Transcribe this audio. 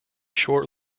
short